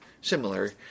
similar